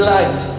light